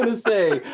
and say,